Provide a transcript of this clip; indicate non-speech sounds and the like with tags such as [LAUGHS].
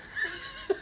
[LAUGHS]